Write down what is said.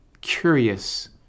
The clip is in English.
curious